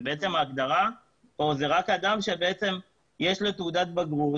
ובעצם ההגדרה פה היא רק אדם שיש לו תעודת בגרות,